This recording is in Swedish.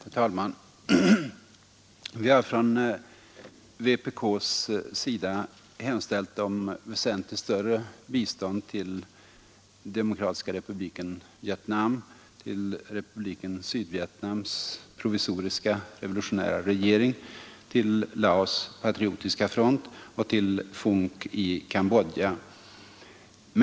Herr talman! Vi har från vpk:s sida hemställt om väsentligt större bistånd till Demokratiska republiken Vietnam, till Republiken Sydvietnams provisoriska revolutionära regering, till Laos patriotiska front och till FUNK i Cambodja.